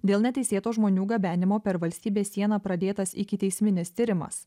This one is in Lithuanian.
dėl neteisėto žmonių gabenimo per valstybės sieną pradėtas ikiteisminis tyrimas